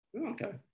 Okay